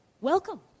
Welcome